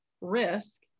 risk